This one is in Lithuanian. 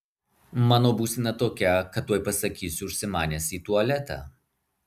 mano būsena tokia kad tuoj pasakysiu užsimanęs į tualetą